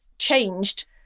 changed